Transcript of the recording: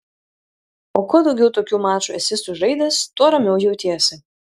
o kuo daugiau tokių mačų esi sužaidęs tuo ramiau jautiesi